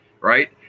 Right